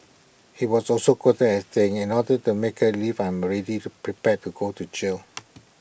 he was also quoted as saying in order to make her leave I'm already to prepared to go to jail